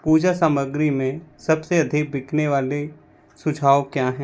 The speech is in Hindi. पूजा सामग्री में सबसे अधिक बिकने वाले सुझाव क्या हैं